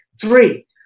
Three